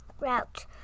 route